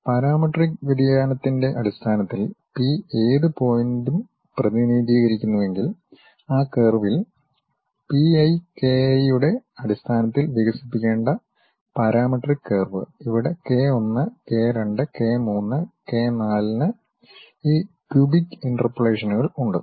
parametric വ്യതിയാനത്തിന്റെ അടിസ്ഥാനത്തിൽ P ഏത് പോയിന്റും പ്രതിനിധീകരിക്കുന്നുവെങ്കിൽ ആ കർവിൽ P i k i യുടെ അടിസ്ഥാനത്തിൽ വികസിപ്പിക്കേണ്ട പാരാമെട്രിക് കർവ് ഇവിടെ k 1 k 2 k 3 k 4 ന് ഈ ക്യൂബിക് ഇന്റർപോളേഷനുകൾ ഉണ്ട്